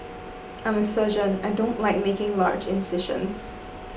I'm a surgeon I don't like making large incisions